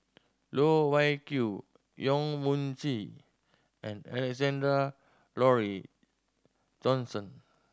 Loh Wai Kiew Yong Mun Chee and Alexander Laurie Johnston